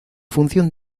función